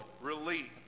relief